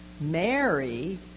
Mary